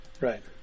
Right